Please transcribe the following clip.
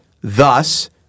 thus